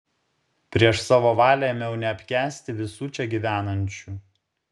prieš savo valią ėmiau neapkęsti visų čia gyvenančių